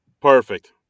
Perfect